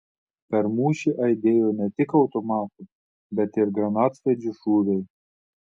per mūšį aidėjo ne tik automatų bet ir granatsvaidžių šūviai